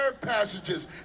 passages